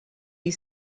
you